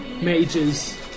mages